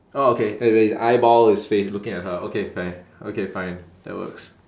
orh okay as in eyeball is fac~ looking at her okay fair okay fine that works